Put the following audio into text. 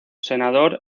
senador